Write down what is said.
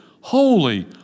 holy